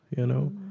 you know?